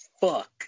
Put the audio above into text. Fuck